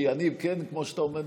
כי כמו שאתה אומר,